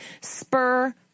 spur